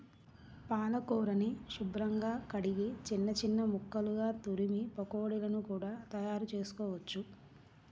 పాలకూరని శుభ్రంగా కడిగి చిన్న చిన్న ముక్కలుగా తురిమి పకోడీలను కూడా తయారుచేసుకోవచ్చు